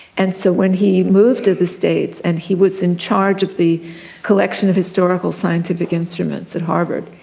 and so when he moved to the states and he was in charge of the collection of historical scientific instruments at harvard,